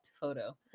photo